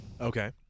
Okay